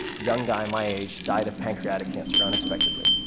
young guy, my age, died of pancreatic cancer unexpectedly,